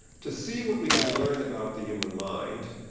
to see what we can learn about the human mind,